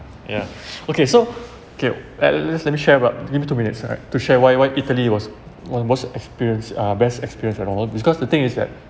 ya okay so okay eh let's finish share about give me two minutes alright to share why why italy was mo~ most experienced uh best experience and all because the thing is that